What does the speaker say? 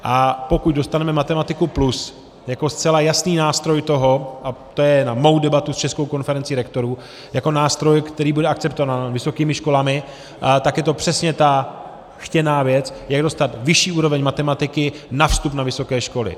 A pokud dostaneme Matematiku+ jako zcela jasný nástroj toho, a to je na moji debatu s Českou konferencí rektorů, jako nástroj, který bude akceptován vysokými školami, tak je to přesně ta chtěná věc, jak dostat vyšší úroveň matematiky na vstup na vysoké školy.